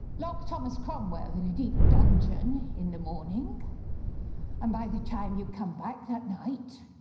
lock thomas cromwell in a deep dungeon in the morning and by the time you come back that night,